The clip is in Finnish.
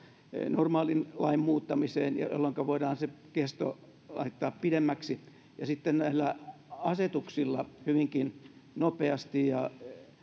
normaalin lain muuttamiseen jolloinka voidaan se kesto laittaa pidemmäksi ja sitten näillä asetuksilla hyvinkin nopeasti ja